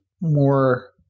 more